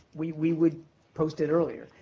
we we would post it earlier.